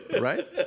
Right